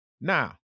Now